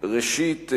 ראשית,